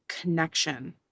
connection